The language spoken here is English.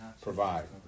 provide